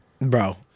Bro